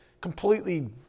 completely